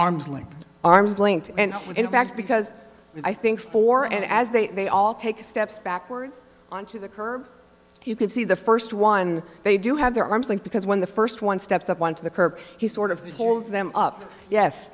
linked arms linked and in fact because i think four and as they they all take steps backwards onto the curb you can see the first one they do have their arms like because when the first one steps up on to the curb he sort of holds them up yes